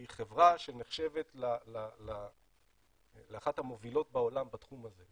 היא חברה שנחשבת לאחת המובילות בעולם בתחום הזה.